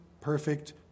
Perfect